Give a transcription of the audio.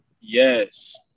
Yes